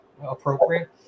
appropriate